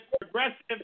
progressive